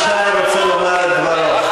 חבר הכנסת נחמן שי רוצה לומר את דברו.